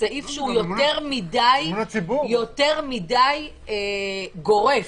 סעיף יותר מדי גורף.